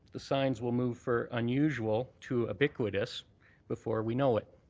the signs will move for unusual to ubiquitous before we know it.